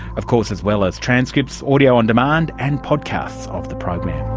of course as well as transcripts, audio on demand and podcasts of the program.